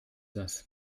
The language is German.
das